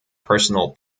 personal